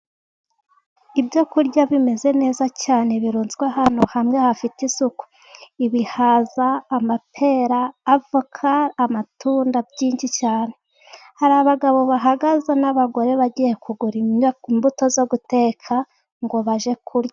Ibyo kurya bimeze neza cyane birunzwe ahantu hamwe hafite isuku. Ibihaza, amapera, avoka, amatunda byinshi cyane. Hari abagabo bahagaze n'abagore bagiye kugura imbuto zo guteka ngo bajye kurya.